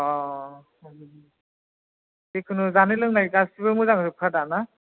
जिखुनु जानाय लोंनाय गासिबो मोजां जोबखा दा ना